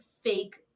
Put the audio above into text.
fake